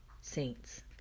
saints